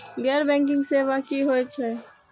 गैर बैंकिंग सेवा की होय छेय?